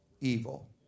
evil